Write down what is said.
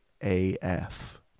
AF